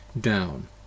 Down